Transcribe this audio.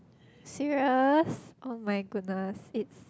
serious oh my goodness it's